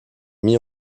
mis